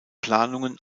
planungen